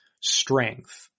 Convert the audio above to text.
strength